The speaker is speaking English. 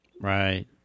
Right